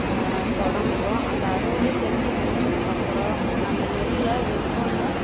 தொடங்குவோம் அந்த அறுவடை செஞ்சு முடிச்சதுக்கப்புறோம் அந்த நெல்லை ஒவ்வொன்னாக